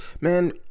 man